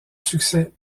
succès